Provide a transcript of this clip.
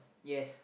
yes